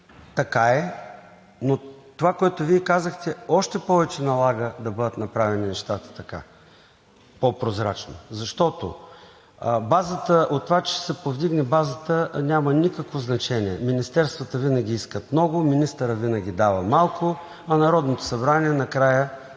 така е, но това, което Вие казахте, още повече налага да бъдат направени нещата по-прозрачни, защото от това, че ще се повдигне базата, няма никакво значение. Министерствата винаги искат много, министърът винаги дава малко, а Народното събрание накрая